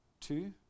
two